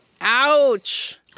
Ouch